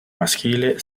maschile